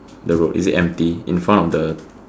the road is it empty in front of the